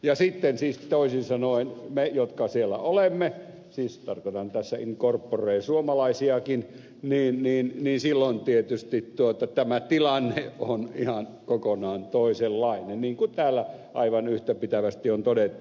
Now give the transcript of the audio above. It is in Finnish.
ja sitten siis toisin sanoen meille jotka siellä olemme siis tarkoitan tässä in corpore suomalaisiakin tietysti tämä tilanne on ihan kokonaan toisenlainen niin kuin täällä aivan yhtäpitävästi on todettu